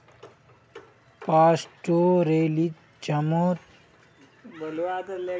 पास्टोरैलिज्मत पाले जानवरक खुला मैदानत घास खबार त न छोरे दी छेक